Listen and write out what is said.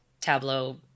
tableau